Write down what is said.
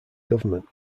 government